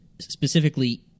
specifically